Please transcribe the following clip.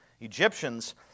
Egyptians